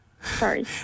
Sorry